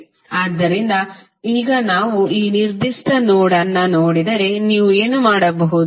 ಆದ್ದರಿಂದ ಈಗ ನೀವು ಈ ನಿರ್ದಿಷ್ಟ ನೋಡ್ ಅನ್ನು ನೋಡಿದರೆ ನೀವು ಏನು ನೋಡಬಹುದು